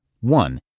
one